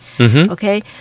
Okay